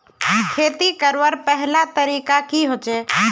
खेती करवार पहला तरीका की होचए?